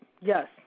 Yes